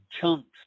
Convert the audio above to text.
chunks